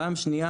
דבר שני,